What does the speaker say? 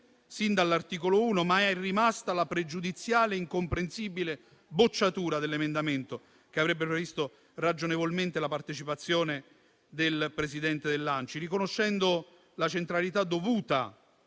sin dall'articolo 1, ma è rimasta la pregiudiziale e incomprensibile bocciatura dell'emendamento che avrebbero visto ragionevolmente la partecipazione del presidente dell'Associazione nazionale Comuni